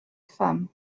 femme